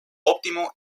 óptimo